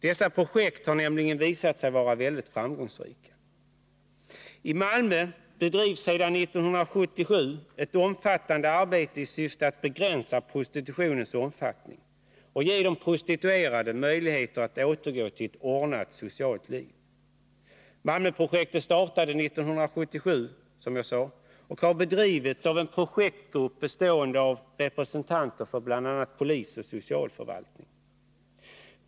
Dessa projekt har nämligen visat sig vara mycket framgångsrika. I Malmö bedrivs sedan 1977 ett omfattande arbete i syfte att begränsa prostitutionens omfattning och ge de prostituerade möjligheter att återgå till ett ordnat socialt liv. Malmöprojektet startade alltså 1977 och har bedrivits av en projektgrupp, bestående av representanter för bl.a. polis och socialförvaltning.